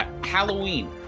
Halloween